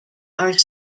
are